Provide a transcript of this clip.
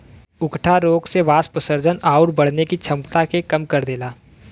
उकठा रोग से वाष्पोत्सर्जन आउर बढ़ने की छमता के कम कर देला